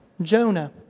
Jonah